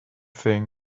thing